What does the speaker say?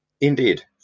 Indeed